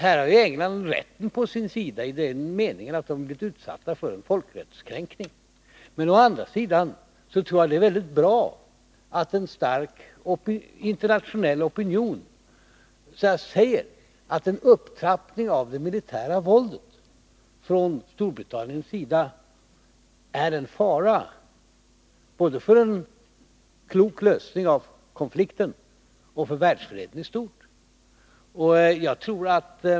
Här har England rätten på sin sida i den meningen att landet har blivit utsatt för en folkrättskränkning, men å andra sidan tror jag det är bra att en stark internationell opinion säger att en upptrappning av det militära våldet från Storbritanniens sida är en fara både för en klok lösning av konflikten och för världsfreden i stort.